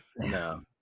no